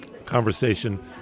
conversation